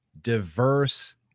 diverse